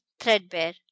threadbare